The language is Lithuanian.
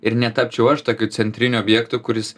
ir netapčiau aš tokiu centriniu objektu kuris